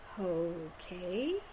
Okay